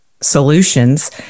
solutions